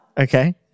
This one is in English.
Okay